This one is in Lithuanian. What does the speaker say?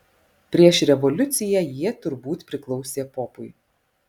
prieš revoliuciją jie turbūt priklausė popui